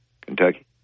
Kentucky